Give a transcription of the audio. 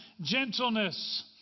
gentleness